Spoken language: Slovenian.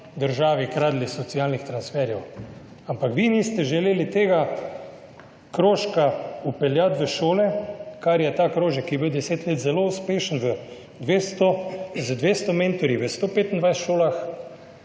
državi kradli socialnih transferjev. Ampak vi niste želeli tega krožka vpeljati v šole, ta krožek, ki je bil deset let zelo uspešen z 200 mentorji v 125 šolah.